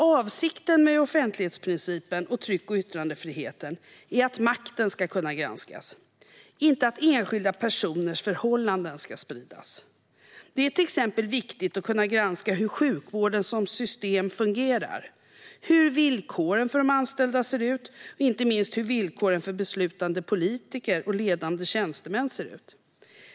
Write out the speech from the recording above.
Avsikten med offentlighetsprincipen och tryck och yttrandefriheten är att makten ska kunna granskas, inte att enskilda personers förhållanden ska spridas. Det är till exempel viktigt att kunna granska hur sjukvården som system fungerar, hur villkoren för de anställda ser ut, inte minst hur villkoren för beslutande politiker och ledande tjänstemän ser ut.